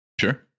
Sure